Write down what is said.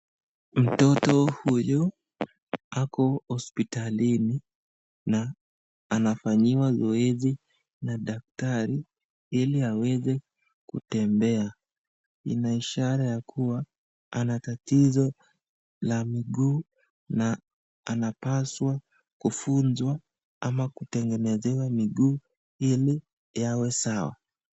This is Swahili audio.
Mtoto huyu ako hospitalini na nafanyiwa zoezi na daktari ili aweze kutembea ana ishara ya kuwa ana tatizo ya mguu, na anapaswa kufunzwa ama kutengenezewa miguu ili yawe sawa.